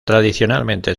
tradicionalmente